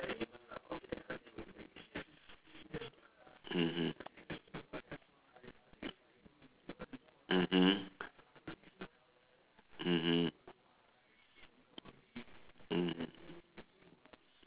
mmhmm mmhmm mm mmhmm